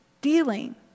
dealing